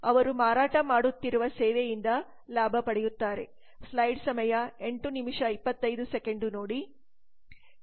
ಅವರು ಮಾರಾಟ ಮಾಡುತ್ತಿರುವ ಸೇವೆಯಿಂದ ಲಾಭ ಪಡೆಯುತ್ತಾರೆ